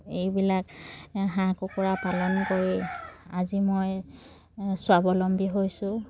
এইবিলাক হাঁহ কুকুৰা পালন কৰি আজি মই স্বাৱলম্বী হৈছোঁ